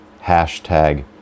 Hashtag